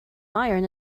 iron